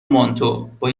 مانتو، با